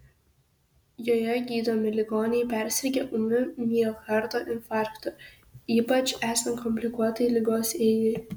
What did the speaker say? joje gydomi ligoniai persirgę ūmiu miokardo infarktu ypač esant komplikuotai ligos eigai